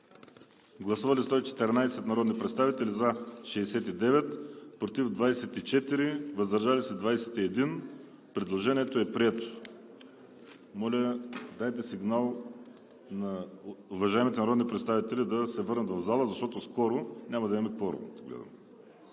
Гласували 114 народни представители: за 69, против 24, въздържали се 21. Предложението е прието. Моля, дайте сигнал на уважаемите народни представители да се върнат в залата, защото скоро няма да имаме кворум.